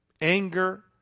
anger